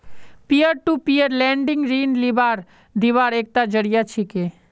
peer to peer lending ऋण लीबार दिबार एकता जरिया छिके